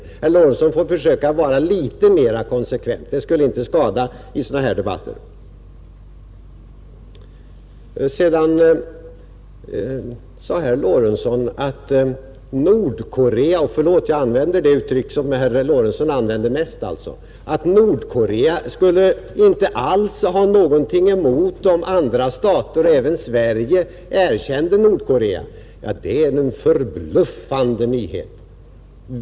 Herr Lorentzon får försöka vara litet mera konsekvent — det skulle inte skada i sådana debatter. Sedan sade herr Lorentzon att Nordkorea — förlåt att jag använder det uttryck som herr Lorentzon använt mest — inte alls skulle ha någonting emot om andra stater, även Sverige, erkände Nordkorea. Detta är en ”förbluffande” nyhet!